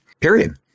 period